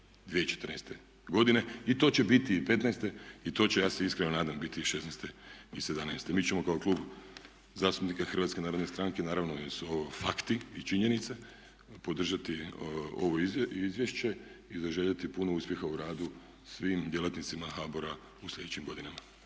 2014.godine i to će biti i 2015. i to će ja se iskreno nadam biti i 2016. i 2017. Mi ćemo kao Klub zastupnika HNS-a naravno jer su ovo fakti i činjenice podržati ovo izvješće i zaželjeti puno uspjeha u radu svim djelatnicima HBOR-a u sljedećim godinama.